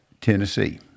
Tennessee